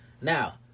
now